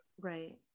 Right